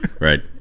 Right